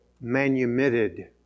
manumitted